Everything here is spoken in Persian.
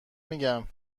میگم